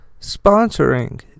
sponsoring